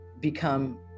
become